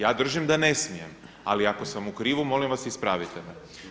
Ja držim da ne smijem, ali ako sam u krivu molim vas ispravite me.